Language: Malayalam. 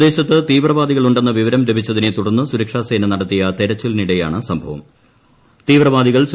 പ്രദേശത്ത് തീവ്രവാദികളുണ്ടെന്ന വിവരം ലഭിച്ചതിനെ ് തുടർന്ന് സുരക്ഷാസേന നടത്തിയ തെരച്ചിലിനിടെയാണ് തീവ്രവാദികൾ സംഭവം